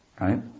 right